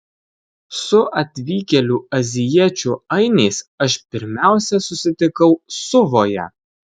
su atvykėlių azijiečių ainiais aš pirmiausia susitikau suvoje